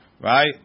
Right